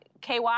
KY